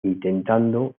intentando